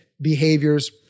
behaviors